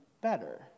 better